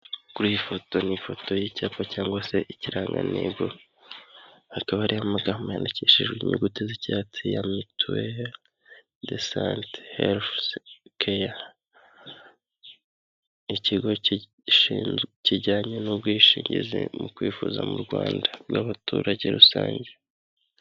Kuri iyi foto ni ifoto y'icyapa cyangwa se ikirangagantego, akaba ari amagambo yandikishijwe inyuguti z'icyatsi ya mituele de sante, health care. Ikigo kijyanye n'ubwishingizi mu kwivuza mu Rwanda. Bw'abaturage rusange.